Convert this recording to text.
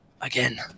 again